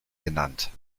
genannt